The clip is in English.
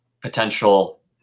potential